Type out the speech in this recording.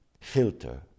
filter